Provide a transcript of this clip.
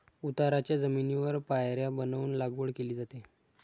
उताराच्या जमिनीवर पायऱ्या बनवून लागवड केली जाते